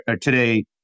today